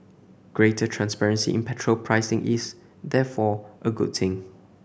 greater transparency in petrol pricing is therefore a good thing